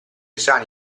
sani